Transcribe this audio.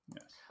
Yes